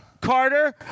Carter